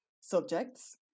subjects